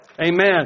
Amen